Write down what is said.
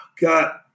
God